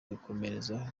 gukomerezaho